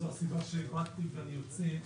זו הסיבה שבאתי ואני יוצא.